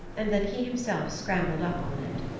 and then he himself scrambled up on it.